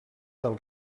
del